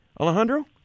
Alejandro